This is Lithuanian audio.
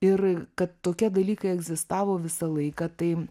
ir kad tokie dalykai egzistavo visą laiką tai